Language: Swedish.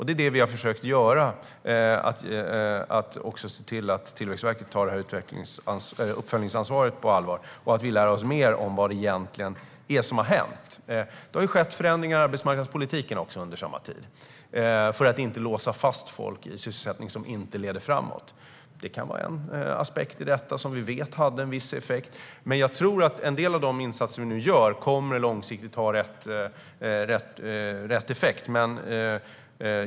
Det är det vi har försökt göra genom att se till att också Tillväxtverket tar uppföljningsansvaret på allvar och att vi lär oss mer om vad det egentligen är som har hänt - det har ju skett förändringar även i arbetsmarknadspolitiken under samma tid - så att vi inte låser fast folk i sysselsättning som inte leder framåt. Det kan vara en aspekt i detta som vi vet hade en viss effekt, men jag tror att en del av de insatser vi nu gör långsiktigt kommer att ha rätt effekt.